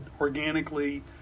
organically